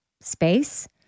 space